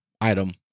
item